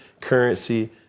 currency